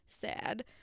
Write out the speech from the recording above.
sad